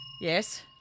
Yes